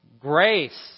Grace